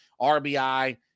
RBI